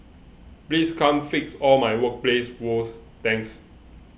please come fix all my workplace woes thanks